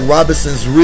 Robinson's